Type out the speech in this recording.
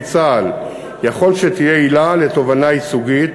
צה"ל יכול שתהיה עילה לתובענה ייצוגית